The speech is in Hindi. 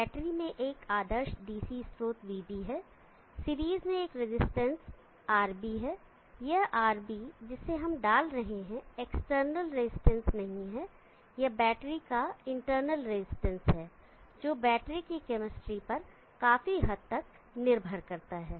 बैटरी में एक आदर्श dc स्रोत vB है सीरीज में एक रेजिस्टेंस RB है यह RB जिसे हम डाल रहे हैं एक्सटर्नल रेजिस्टेंस नहीं है यह बैटरी का इंटरनल रेजिस्टेंस है जो बैटरी की केमिस्ट्री पर काफी हद तक निर्भर करता है